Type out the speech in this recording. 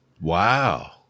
Wow